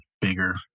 bigger